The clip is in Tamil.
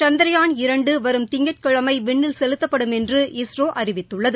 சந்த்ரயான் இரண்டு வரும் திங்கட்கிழமை விண்ணில் செலுத்தப்படும் என்று இஸ்ரோ அறிவித்துள்ளது